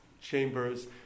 chambers